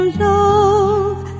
love